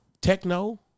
techno